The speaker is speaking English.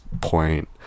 point